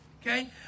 Okay